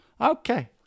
Okay